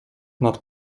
ponad